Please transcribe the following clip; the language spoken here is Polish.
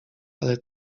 ale